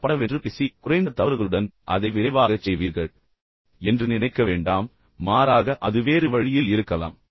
எனவே பட படவென்று பேசி பின்னர் குறைந்த தவறுகளுடன் அதை விரைவாகச் செய்வீர்கள் என்று நினைக்க வேண்டாம் மாறாக அது வேறு வழியில் இருக்கலாம்